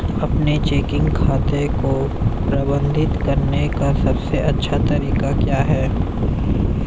अपने चेकिंग खाते को प्रबंधित करने का सबसे अच्छा तरीका क्या है?